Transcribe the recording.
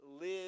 live